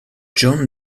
john